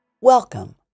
Welcome